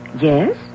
Yes